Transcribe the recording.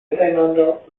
miteinander